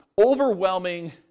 overwhelming